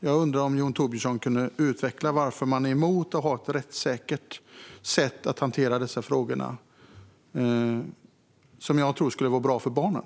Jag undrar om Jon Thorbjörnson kan utveckla varför man är emot att hantera dessa frågor på ett rättssäkert sätt, som jag tror skulle vara bra för barnen.